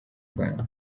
rwanda